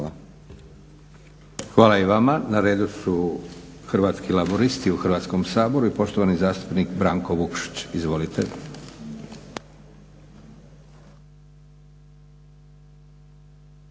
Hvala i vama. Na redu su Hrvatski laburisti u Hrvatskom saboru i poštovani zastupnik Branko Vukšić. Izvolite.